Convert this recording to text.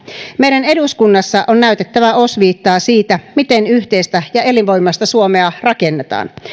meidän eduskunnassa on näytettävä osviittaa siitä miten yhteistä ja elinvoimaista suomea rakennetaan